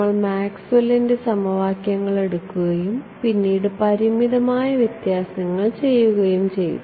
നമ്മൾ മാക്സ്വെല്ലിന്റെ സമവാക്യങ്ങൾ എടുക്കുകയും പിന്നീട് പരിമിതമായ വ്യത്യാസങ്ങൾ ചെയ്യുകയും ചെയ്തു